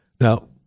Now